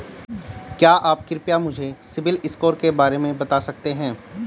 क्या आप कृपया मुझे सिबिल स्कोर के बारे में बता सकते हैं?